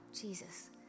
Jesus